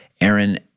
Aaron